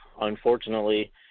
Unfortunately